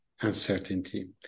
uncertainty